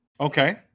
Okay